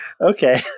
Okay